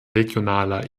regionaler